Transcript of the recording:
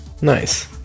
Nice